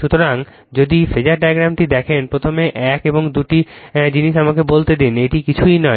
সুতরাং যদি ফেজার ডায়াগ্রামটি দেখেন প্রথমে এক বা দুটি জিনিস আমাকে বলতে দিন এটি কিছুই নয়